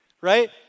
Right